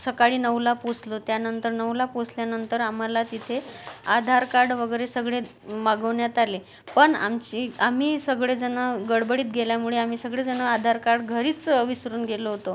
सकाळी नऊला पोचलो त्यानंतर नऊला पोचल्यानंतर आम्हाला तिथे आधार कार्ड वगैरे सगळे मागवण्यात आले पण आमची आम्ही सगळे जण गडबडीत गेल्यामुळे आम्ही सगळे जण आधार कार्ड घरीच विसरून गेलो होतो